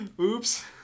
Oops